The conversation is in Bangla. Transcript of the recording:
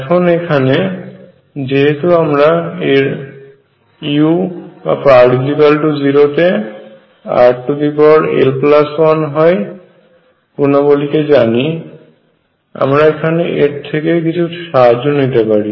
এখন এখানে যেহেতু আমরা এর u r 0 তে rl1 হয় গুণাবলিকে জানি আমার এখানে এর থেকে কিছু সাহায্য নিতে পারি